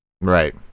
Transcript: Right